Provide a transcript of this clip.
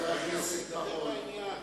שידבר לעניין.